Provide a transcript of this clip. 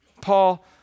Paul